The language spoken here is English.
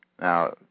Now